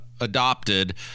adopted